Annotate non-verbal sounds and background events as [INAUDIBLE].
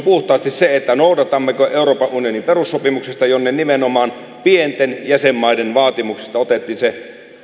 [UNINTELLIGIBLE] puhtaasti vain siitä noudatammeko euroopan unionin perussopimusta jonne nimenomaan pienten jäsenmaiden vaatimuksesta otettiin se